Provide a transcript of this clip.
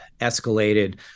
escalated